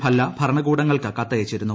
ഭല്ല ഭരണകൂടങ്ങൾക്ക് കത്തയച്ചിരുന്നു